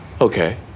Okay